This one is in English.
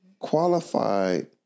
Qualified